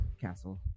Castle